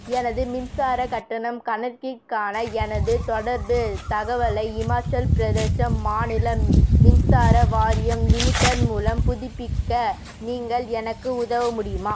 எனது மின்சார கட்டணம் கணக்கிற்கான எனது தொடர்புத் தகவலை இமாச்சல் பிரதேச மாநில மின்சார வாரியம் லிமிடெட் மூலம் புதுப்பிக்க நீங்கள் எனக்கு உதவ முடியுமா